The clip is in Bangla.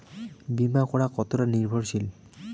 বীমা করা কতোটা নির্ভরশীল?